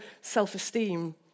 self-esteem